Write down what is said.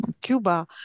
Cuba